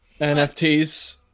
NFTs